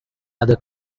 other